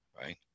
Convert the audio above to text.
right